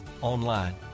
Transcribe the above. online